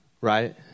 right